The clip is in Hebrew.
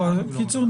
בקיצור,